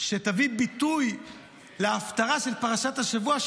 שתביא ביטוי להפטרה של פרשת השבוע,